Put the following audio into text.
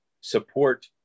support